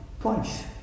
twice